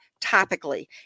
topically